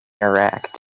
interact